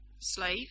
Slave